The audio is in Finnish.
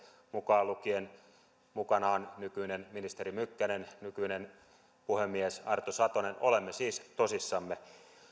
mukaan lukien mukana on nykyinen ministeri mykkänen ja nykyinen puhemies arto satonen olemme siis tosissamme